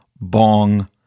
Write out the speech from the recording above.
Bong